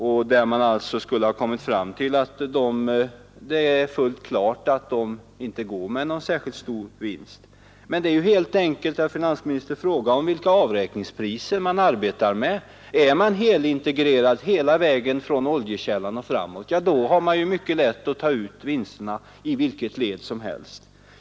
Man skulle alltså ha kommit fram till att det är fullt klart att de inte går med särskilt stor vinst. Men detta är helt enkelt, herr finansministern, en fråga om vilka avräkningspriser man arbetar med. Är man integrerad hela vägen från oljekällan och framåt har man lätt att ta ut vinsterna i vilket led som helst.